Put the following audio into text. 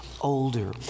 older